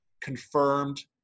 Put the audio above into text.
confirmed